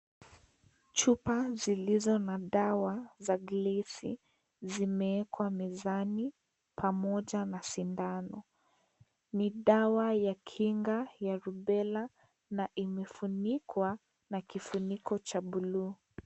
Chula zilizo na dawa za glesi zimewekwa mezani pamoja na sindano, midawa ya kinga ya Rubella na imefunikwa na kifuniko cha bulu.